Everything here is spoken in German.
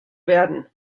werden